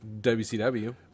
WCW